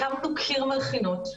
הקמנו קיר מלחינות,